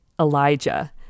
Elijah